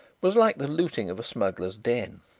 was like the looting of a smuggler's den,